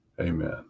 Amen